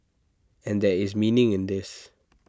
and there is meaning in this